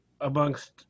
amongst